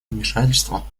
вмешательство